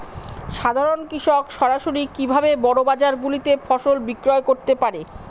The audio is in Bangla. সাধারন কৃষক সরাসরি কি ভাবে বড় বাজার গুলিতে ফসল বিক্রয় করতে পারে?